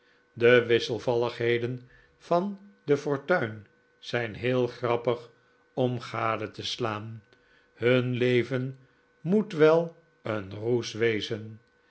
de wisselvalligheden van de fortuin zijn heel grappig om gade te slaan hun leven moet wel een roes wezen